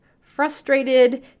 frustrated